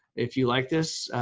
if you liked this,